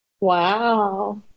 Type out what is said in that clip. Wow